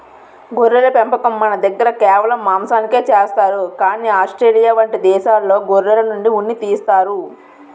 గొర్రెల పెంపకం మనదగ్గర కేవలం మాంసానికే చేస్తారు కానీ ఆస్ట్రేలియా వంటి దేశాల్లో గొర్రెల నుండి ఉన్ని తీస్తారు